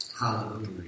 Hallelujah